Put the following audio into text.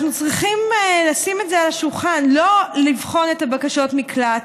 אנחנו צריכים לשים את זה על השולחן: לא לבחון את בקשות המקלט,